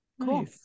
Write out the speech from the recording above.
Cool